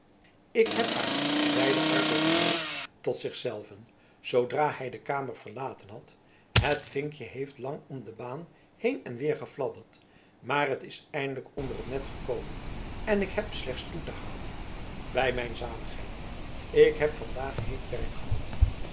ik heb haar zeide arkel verheugd tot zich zelven zoodra hij de kamer verlaten had het vinkje heeft lang om de baan heen en weer gefladderd maar het is eindelijk onder het net gekomen en ik heb slechts toe te halen bij mijn zaligheid ik heb vandaag heet werk gehad